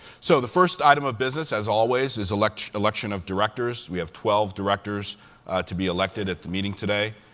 so the first item of business, as always, is election election of directors. we have twelve directors to be elected at the meeting today.